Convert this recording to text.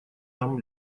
нас